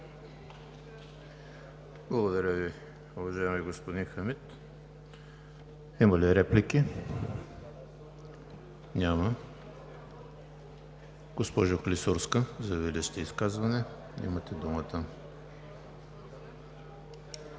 Благодаря Ви, уважаеми господин Хамид. Има ли реплики? Няма. Госпожо Клисурска, заявили сте изказване – имате думата.